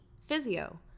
Physio